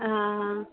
ହାଁ ହାଁ